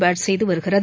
bad செய்து வருகிறது